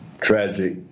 tragic